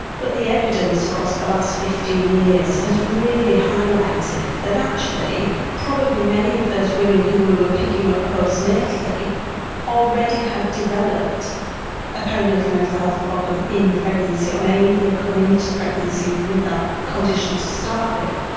but the evidence across the last fifteen years has really highlighted that actually probably many of those women who we were picking up postnatally already had developed a perinatal mental health problem in pregnancy or may even have come into pregnancy with that condition to start with.